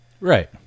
Right